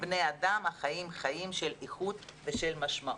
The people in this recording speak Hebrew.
כבני אדם החיים חיים של איכות ושל משמעות.